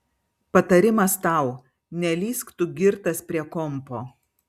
patarimas tau nelįsk tu girtas prie kompo